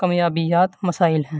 کمیابی مسائل ہیں